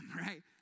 right